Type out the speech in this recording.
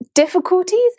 difficulties